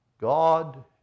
God